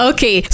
Okay